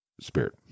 spirit